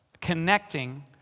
connecting